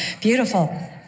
Beautiful